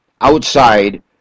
outside